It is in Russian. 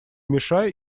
мешай